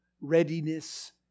readiness